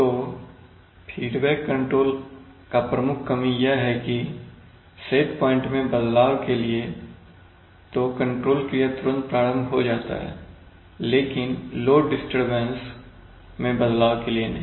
तो feedback control का प्रमुख कमी यह है कि सेट प्वाइंट में बदलाव के लिए तो कंट्रोल क्रिया तुरंत प्रारंभ हो जाता है लेकिन लोड डिस्टरबेंस में बदलाव के लिए नहीं